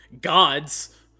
gods